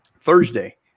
Thursday